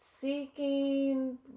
seeking